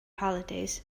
holidays